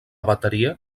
bateria